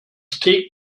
steak